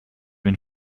been